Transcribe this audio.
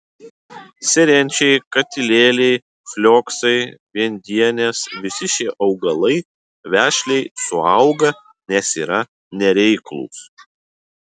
serenčiai katilėliai flioksai viendienės visi šie augalai vešliai suauga nes yra nereiklūs